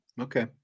okay